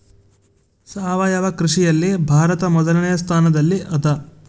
ಸಾವಯವ ಕೃಷಿಯಲ್ಲಿ ಭಾರತ ಮೊದಲನೇ ಸ್ಥಾನದಲ್ಲಿ ಅದ